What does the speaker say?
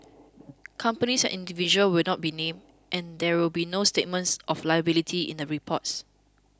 companies and individuals will not be named and there will be no statements of liability in the reports